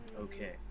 okay